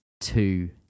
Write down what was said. two